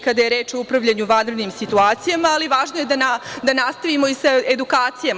Kada je reč o upravljanju u vanrednim situacijama, ali važno je da nastavimo sa edukacijama.